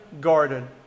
garden